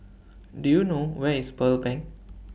Do YOU know Where IS Pearl Bank